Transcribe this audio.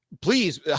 please